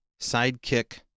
sidekick